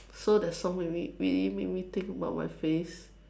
so the song really really make me think about my face